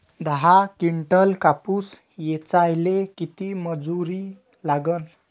दहा किंटल कापूस ऐचायले किती मजूरी लागन?